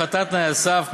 על-ידי הפחתת תנאי הסף,